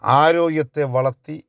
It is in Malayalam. ആരോഗ്യത്തെ വളർത്തി